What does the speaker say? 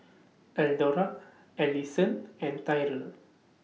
Eldora Allisson and Tyrell